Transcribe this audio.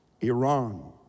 Iran